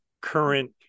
current